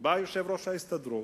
בא יושב-ראש ההסתדרות,